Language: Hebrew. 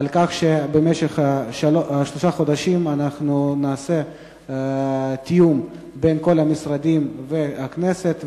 במשך שלושה חודשים נעשה תיאום בין כל המשרדים והכנסת.